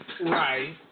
Right